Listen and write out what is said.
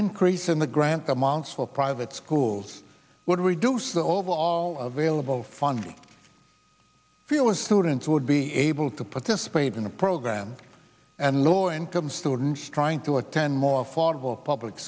increase in the grant amounts for private schools would reduce the overall of alle of all funding for us students would be able to participate in a program and low income students trying to attend more affordable public